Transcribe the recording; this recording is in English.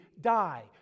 die